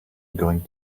going